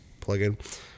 plugin